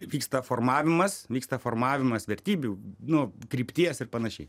vyksta formavimas vyksta formavimas vertybių nu krypties ir panašiai